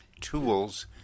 tools